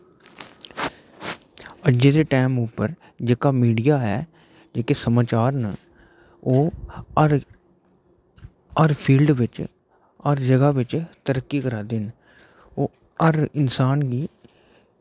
अज्जै दे टैम उप्पर जेह्का मीडिया ऐ जेह्के समाचार न ओह् हर इक्क फील्ड बिच हर जगह बिच तरक्की करा दे न ओह् हर इन्सान गी